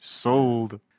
sold